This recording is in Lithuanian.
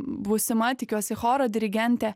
būsima tikiuosi choro dirigentė